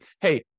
hey